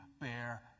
bear